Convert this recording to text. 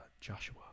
Joshua